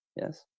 Yes